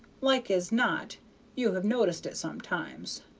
like as not you have noticed it sometimes?